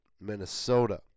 Minnesota